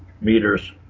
meters